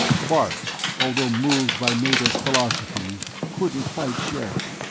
bart, although moved by meta's philosophy, couldn't quite share it.